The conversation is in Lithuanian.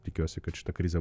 tikiuosi kad šita krizė